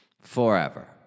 Forever